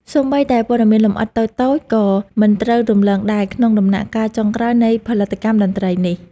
សូម្បីតែព័ត៌មានលម្អិតតូចៗក៏មិនត្រូវរំលងដែរក្នុងដំណាក់កាលចុងក្រោយនៃផលិតកម្មតន្ត្រីនេះ។